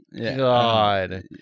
God